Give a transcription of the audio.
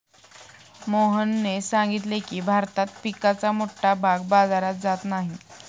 मोहनने सांगितले की, भारतात पिकाचा मोठा भाग बाजारात जात नाही